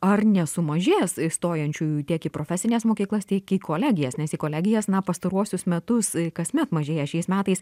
ar nesumažės stojančiųjų tiek į profesines mokyklas tiek į kolegijas nes į kolegijas na pastaruosius metus kasmet mažėja šiais metais